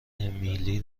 امیلی